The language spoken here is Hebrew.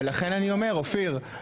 ולכן אני אומר אופיר,